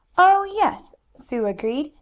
oh, yes! sue agreed,